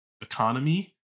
economy